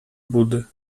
budy